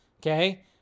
Okay